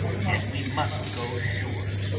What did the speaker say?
and we must go sure,